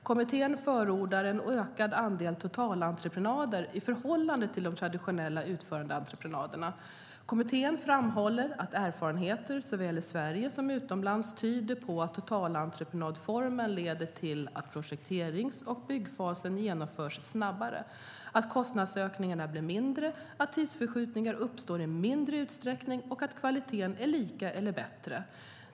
Kommittén förordar en ökad andel totalentreprenader i förhållande till de traditionella utförandeentreprenaderna. Kommittén framhåller att "erfarenheter såväl i Sverige som utomlands tyder på att totalentreprenadformen leder till att projekterings och byggfasen genomförs snabbare, att kostnadsökningarna blir mindre, att tidsförskjutningar uppstår i mindre utsträckning och att kvaliteten är lika eller bättre."